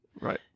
Right